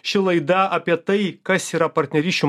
ši laida apie tai kas yra partnerysčių